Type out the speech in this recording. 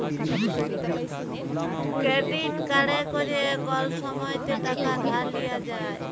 credit কাড়ে ক্যরে কল সময়তে টাকা ধার লিয়া যায়